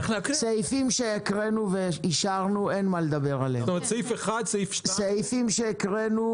הפיך לדברי דואר,